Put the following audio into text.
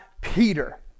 Peter